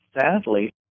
sadly